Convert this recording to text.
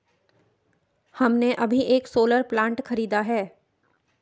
हमने अभी एक सोलर प्लांट खरीदा है